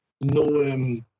no